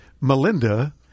Melinda